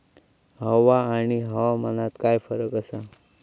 हवा आणि हवामानात काय फरक असा?